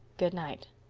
good night.